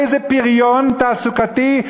איזה פריון תעסוקתי,